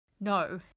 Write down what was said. No